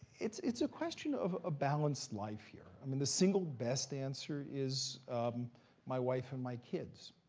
it's it's a question of a balanced life here. i mean, the single best answer is my wife and my kids.